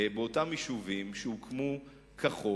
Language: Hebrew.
באותם יישובים שהוקמו כחוק,